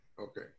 Okay